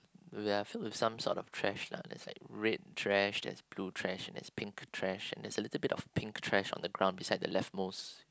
they are filled with some sort of trash lah there's like red trash there's blue trash and there's pink trash and there's a little bit of pink trash on the ground beside the left most